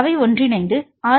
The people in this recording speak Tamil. அவை ஒன்றிணைந்து ஆர்